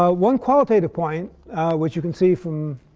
ah one qualitative point which you can see from